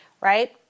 right